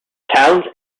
towns